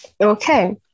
Okay